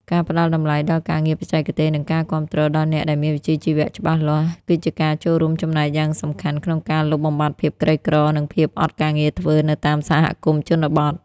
ការផ្ដល់តម្លៃដល់ការងារបច្ចេកទេស និងការគាំទ្រដល់អ្នកដែលមានវិជ្ជាជីវៈច្បាស់លាស់ គឺជាការចូលរួមចំណែកយ៉ាងសំខាន់ក្នុងការលុបបំបាត់ភាពក្រីក្រ និងភាពអត់ការងារធ្វើនៅតាមសហគមន៍ជនបទ។